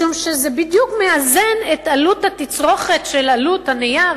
משום שזה בדיוק מאזן את עלות התצרוכת של הנייר,